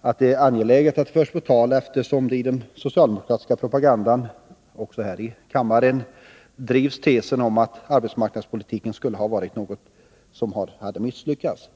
att det är angeläget att detta förs på tal eftersom det i den socialdemokratiska propagandan — också här i kammaren — drivs tesen om att arbetsmarknadspolitiken skulle ha misslyckats.